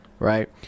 Right